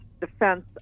defense